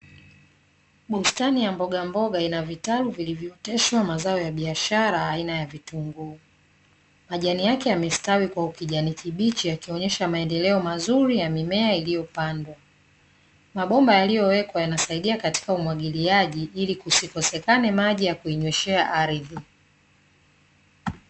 Bustani ya mboga mboga inavitalu vilivyooteshwa mazao ya biashara aina ya vitunguu majani yake yamestawi kwa kijani kibichi yakionyesha maendeleo mazuri ya mimea iliyopandwa. Mabomba yaliyowekwa yanasaidia katika umwagiliaji ilikusikosekane maji ya kunyweshea ardhi.